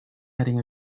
heading